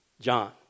John